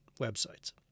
websites